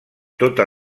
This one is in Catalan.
tota